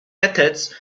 methods